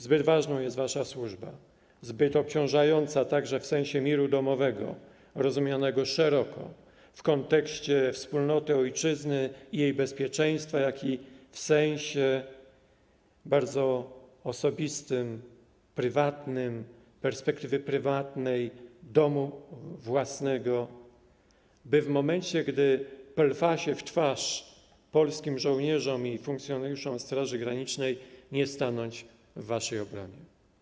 Zbyt ważna jest wasza służba, zbyt obciążająca także w sensie miru domowego rozumianego szeroko zarówno w kontekście wspólnoty ojczyzny i jej bezpieczeństwa, jak i w sensie bardzo osobistym, prywatnym, perspektywy prywatnej, domu własnego, by w momencie gdy plwa się w twarz polskim żołnierzom i funkcjonariuszom Straży Granicznej, nie stanąć w waszej obronie.